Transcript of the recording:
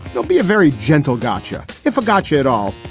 they'll be a very gentle gotcha if a gotcha at all.